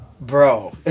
Bro